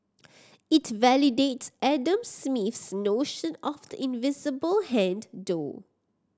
it validates Adam Smith's notion of the invisible hand though